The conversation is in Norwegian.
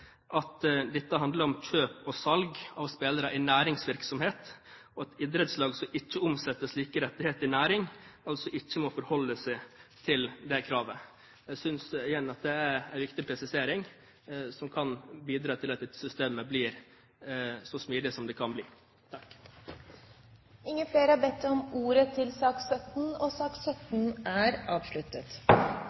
at dette handler om kjøp og salg av spillere i næringsvirksomhet, og at idrettslag som ikke omsetter slike rettigheter i næring, ikke må forholde seg til det kravet. Jeg synes igjen det er en viktig presisering som kan bidra til at dette systemet blir så smidig som det kan bli. Flere har ikke bedt om ordet til sak nr. 17.